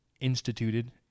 instituted